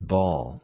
Ball